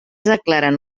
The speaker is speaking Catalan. declaren